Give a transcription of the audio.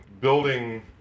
building